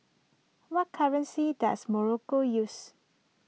what currency does Morocco use